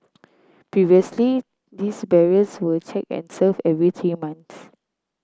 previously these barriers were checked and serviced every three months